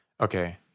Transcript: okay